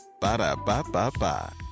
Ba-da-ba-ba-ba